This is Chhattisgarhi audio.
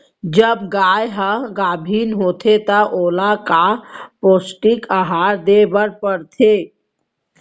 जब गाय ह गाभिन होथे त ओला का पौष्टिक आहार दे बर पढ़थे?